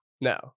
No